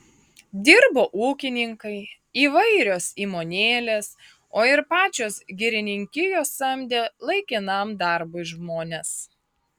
dirbo ūkininkai įvairios įmonėlės o ir pačios girininkijos samdė laikinam darbui žmones